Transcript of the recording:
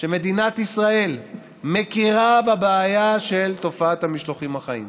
שמדינת ישראל מכירה בבעיה של תופעת המשלוחים החיים,